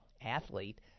athlete